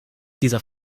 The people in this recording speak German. dieser